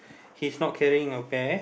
he's not carrying a bear